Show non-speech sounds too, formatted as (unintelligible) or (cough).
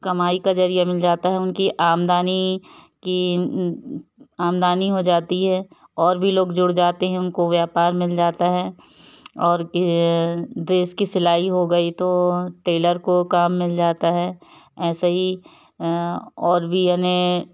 कमाई का ज़रिया मिल जाता है उनकी आमदनी की आमदनी हो जाती है और भी लोग जुड़ जाते हैं उनको व्यापार मिल जाता है और (unintelligible) ड्रेस की सिलाई हो गई तो टेलर को काम मिल जाता है ऐसे ही और भी यानी